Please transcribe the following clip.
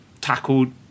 tackled